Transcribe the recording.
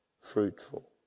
fruitful